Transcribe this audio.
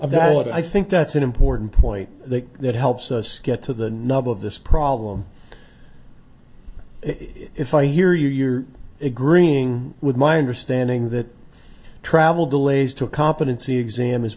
that but i think that's an important point that helps us get to the nub of this problem if i hear you you're agreeing with my understanding that travel delays to a competency exam